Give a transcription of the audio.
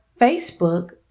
Facebook